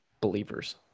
believers